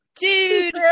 Dude